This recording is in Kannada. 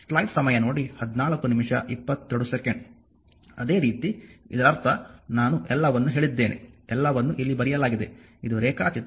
ಅದೇ ರೀತಿ ಇದರರ್ಥ ನಾನು ಎಲ್ಲವನ್ನೂ ಹೇಳಿದ್ದೇನೆ ಎಲ್ಲವನ್ನೂ ಇಲ್ಲಿ ಬರೆಯಲಾಗಿದೆ ಇದು ರೇಖಾಚಿತ್ರ1